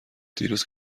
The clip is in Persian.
دیروز